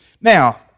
Now